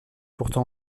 pourtant